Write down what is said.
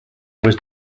was